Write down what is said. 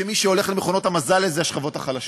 שמי שהולך למכונות המזל זה השכבות החלשות?